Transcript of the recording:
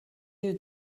you